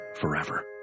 forever